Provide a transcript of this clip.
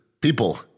people